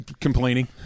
Complaining